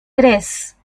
tres